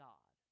God